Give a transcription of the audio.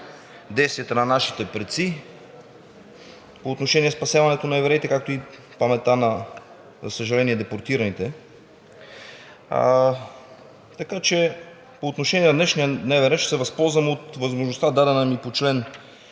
на нашите предци по отношение спасяването на евреите, както и паметта на, за съжаление, депортираните. Така че по отношение на днешния дневен ред ще се възползвам от възможността, дадена ми по чл.